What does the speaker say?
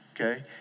okay